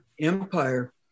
empire